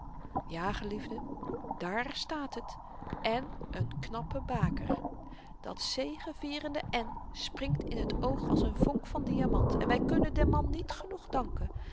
ja geliefden dààr staat het en een knappe baker dat zegevierende en springt in het oog als een vonk van diamant en wy kunnen den man niet genoeg danken